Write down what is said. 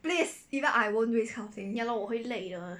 ya lor 我会累的